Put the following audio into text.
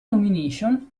nomination